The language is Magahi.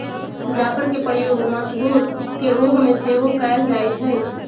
जाफरके प्रयोग मसगुर के रोग में सेहो कयल जाइ छइ